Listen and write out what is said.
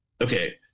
okay